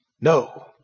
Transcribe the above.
no